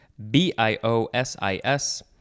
B-I-O-S-I-S